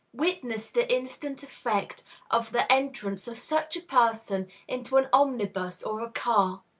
witness the instant effect of the entrance of such a person into an omnibus or a car.